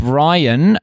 Brian